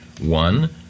One